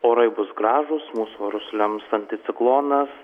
orai bus gražūs mūsų orus lems anticiklonas